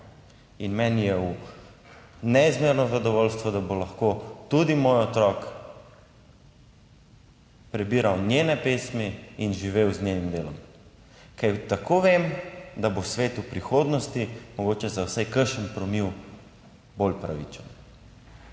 in meni je v neizmerno zadovoljstvo, da bo lahko tudi moj otrok prebiral njene pesmi in živel z njenim delom, ker tako vem, da bo svet v prihodnosti mogoče za vsaj kakšen promil bolj pravičen